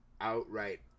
outright